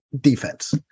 defense